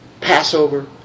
Passover